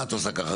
מה את עושה ככה?